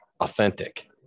authentic